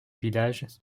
village